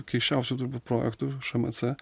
keisčiausių turbūt projektų šmc